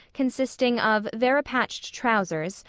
consisting of varipatched trousers,